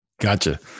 Gotcha